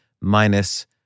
minus